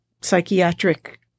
psychiatric